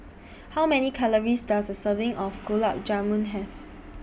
How Many Calories Does A Serving of Gulab Jamun Have